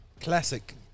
Classic